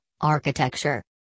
Architecture